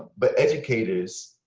but educators,